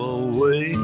away